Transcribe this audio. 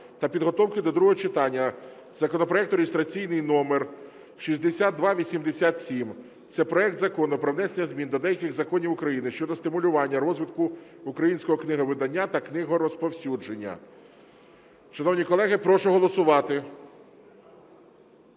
та підготовки до другого читання законопроекту (реєстраційний номер 6287). Це проект Закону про внесення змін до деяких законів України щодо стимулювання розвитку українського книговидання та книгорозповсюдження. Шановні колеги, прошу голосувати.